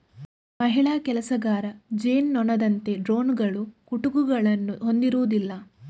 ಮಹಿಳಾ ಕೆಲಸಗಾರ ಜೇನುನೊಣದಂತೆ ಡ್ರೋನುಗಳು ಕುಟುಕುಗಳನ್ನು ಹೊಂದಿರುವುದಿಲ್ಲ